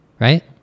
right